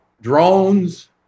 drones